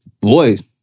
boys